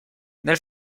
nel